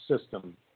system